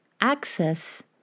access